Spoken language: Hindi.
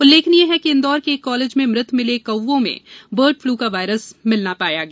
उल्लेखनीय है कि इंदौर के एक कॉलेज में मृत मिले कौवों में बर्ड फ्लू का वायरस मिलना पाया गया